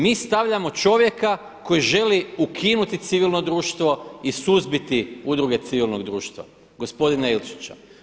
Mi stavljamo čovjeka koji želi ukinuti civilno društvo i suzbiti udruge civilnog društva gospodina Ilčića.